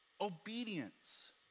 Obedience